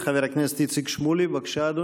חבר הכנסת איציק שמולי, בבקשה, אדוני.